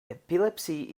epilepsy